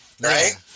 Right